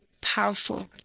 powerful